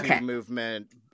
movement